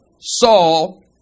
Saul